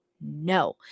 no